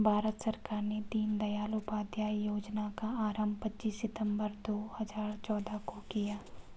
भारत सरकार ने दीनदयाल उपाध्याय योजना का आरम्भ पच्चीस सितम्बर दो हज़ार चौदह को किया